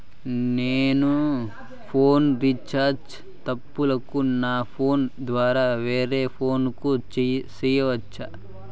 నేను phone recharge తప్పులను నా ఫోను ద్వారా వేరే ఫోను కు సేయొచ్చా?